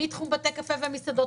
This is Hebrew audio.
מתחום בתי קפה ומסעדות.